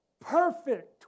Perfect